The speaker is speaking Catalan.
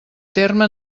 terme